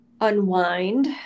unwind